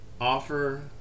offer